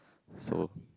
so